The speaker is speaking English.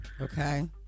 Okay